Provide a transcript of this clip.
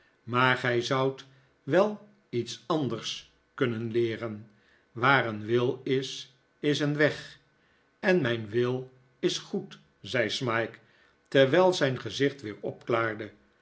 maar gij zoudt wel iets anders kunnen leeren waar een wil is is een weg en mijn wil is goed zei smike terwijl zijn gezicht weer opklaarde